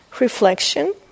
reflection